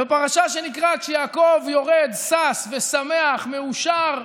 ובפרשה שנקראה כשיעקב יורד שש, שמח ומאושר,